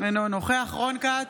אינו נוכח רון כץ,